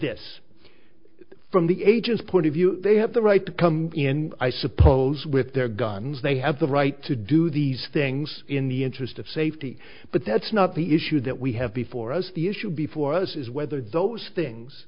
this from the agent's point of view they have the right to come in i suppose with their guns they have the right to do these things in the interest of safety but that's not the issue that we have before us the issue before us is whether those things